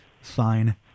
fine